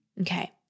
Okay